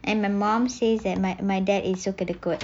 and my mum says that my my dad is zouk so kedekut